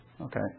okay